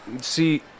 See